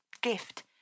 gift